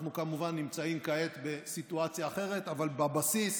אנחנו כמובן נמצאים כעת בסיטואציה אחרת, אבל בבסיס